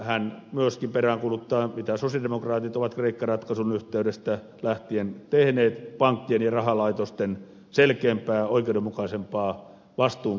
hän myöskin peräänkuuluttaa mitä sosialidemokraatit ovat kreikka ratkaisun yhteydestä lähtien tehneet pankkien ja rahalaitosten selkeämpää oikeudenmukaisempaa vastuunkantoa